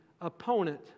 opponent